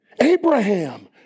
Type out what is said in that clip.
Abraham